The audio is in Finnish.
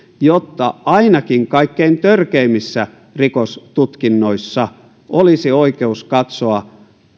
jotta ainakin kaikkein törkeimmissä rikostutkinnoissa olisi oikeus katsoa